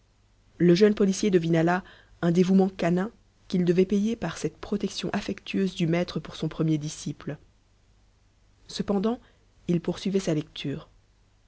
le jeune policier devina là un dévouement canin qu'il devait payer par cette protection affectueuse du maître pour son premier disciple cependant il poursuivait sa lecture